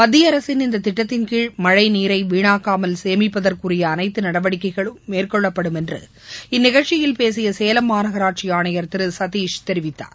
மத்திய அரசின் இந்த திட்டத்தின்கீழ் மழைநீரை வீணாக்காமல் சேமிப்பதற்குரிய அனைத்து நடவடிக்கைகளும் மேற்கொள்ளப்படும் என்று இந்நிகழ்ச்சியில் பேசிய சேலம் மாநகராட்சி ஆணையர் திரு சதீஷ் தெரிவித்தார்